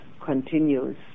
continues